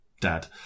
dad